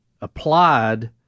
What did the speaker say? applied